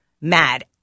mad